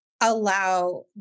allow